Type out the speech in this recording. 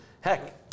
heck